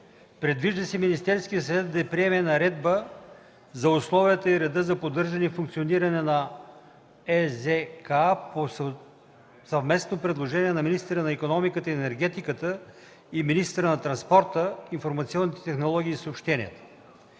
Предвижда се Министерският съвет да приеме наредба за условията и реда за поддържане и функциониране на ЕЗК по съвместно предложение на министъра на икономиката и енергетиката и министъра на транспорта, информационните технологии и съобщенията.